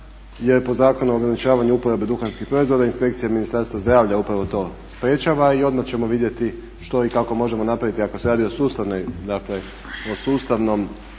jer po Zakonu o ograničavanju uporabe duhanskih proizvoda Inspekcija Ministarstva zdravlja upravo to sprječava i odmah ćemo vidjeti što i kako možemo napraviti ako se radi o sustavnom